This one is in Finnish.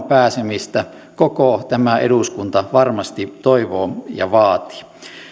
pääsemistä koko tämä eduskunta varmasti toivoo ja vaatii